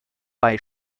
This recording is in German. bei